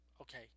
Okay